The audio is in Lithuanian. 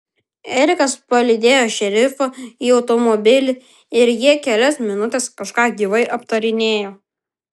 erikas palydėjo šerifą į automobilį ir jie kelias minutes kažką gyvai aptarinėjo